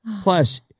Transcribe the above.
Plus